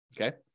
Okay